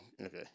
Okay